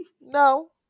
No